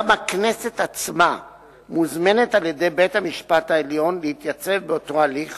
גם הכנסת עצמה מוזמנת על-ידי בית-המשפט העליון להתייצב באותו הליך